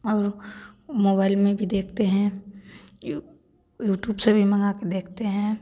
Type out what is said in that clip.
और मोबाइल में भी देखते हैं यूटूब से भी मंगाके देखते हैं